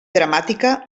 dramàtica